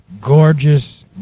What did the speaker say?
Gorgeous